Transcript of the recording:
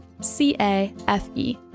C-A-F-E